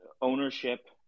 ownership